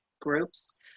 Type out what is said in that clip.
groups